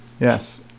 Yes